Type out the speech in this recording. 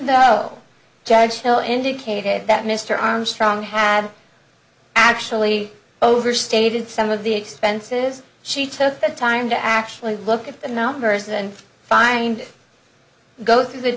though judge hill indicated that mr armstrong had actually overstated some of the expenses she took the time to actually look at the numbers and find go through th